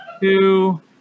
two